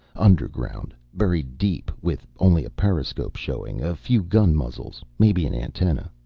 underground, buried deep, with only a periscope showing, a few gun muzzles. maybe an antenna.